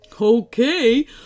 Okay